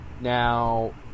Now